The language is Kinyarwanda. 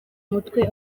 umutwe